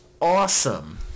awesome